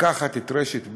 לקחת את רשת ב'